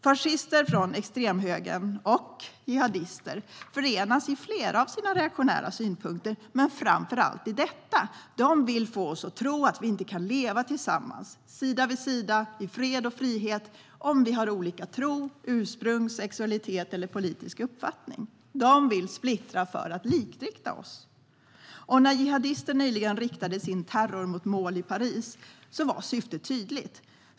Fascister från extremhögern och jihadister förenas i flera av sina reaktionära synpunkter men framför allt i detta: De vill få oss att tro att vi inte kan leva tillsammans, sida vid sida i fred och frihet, om vi har olika tro, ursprung, sexualitet eller politisk uppfattning. De vill splittra för att likrikta oss. När jihadister nyligen riktade sin terror mot mål i Paris var syftet tydligt.